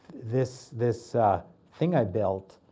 this this thing i built,